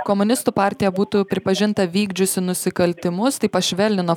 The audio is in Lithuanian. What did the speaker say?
komunistų partija būtų pripažinta vykdžiusi nusikaltimus tai pašvelnino